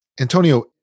Antonio